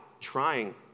trying